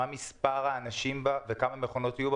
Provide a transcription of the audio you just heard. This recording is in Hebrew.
מה מספר האנשים בה וכמה מכונות יהיו בה?